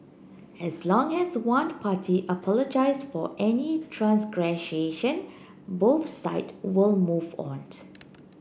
as long as one party apologise for any transgression both side will move out